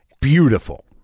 beautiful